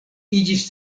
iĝis